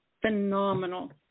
phenomenal